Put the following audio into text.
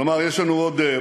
כלומר, יש לנו עוד